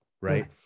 right